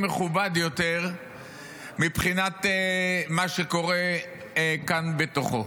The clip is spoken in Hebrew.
מכובד יותר מבחינת מה שקורה כאן בתוכו.